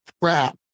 crap